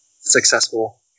successful